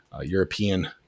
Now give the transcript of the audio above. European